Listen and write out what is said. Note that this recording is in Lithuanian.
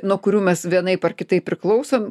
nuo kurių mes vienaip ar kitaip priklausom